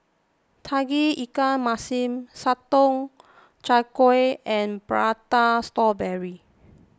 Tauge Ikan Masin Sotong Char Kway and Prata Strawberry